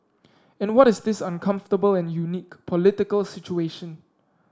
and what is this uncomfortable and unique political situation